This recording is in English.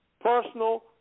personal